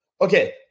Okay